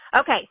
Okay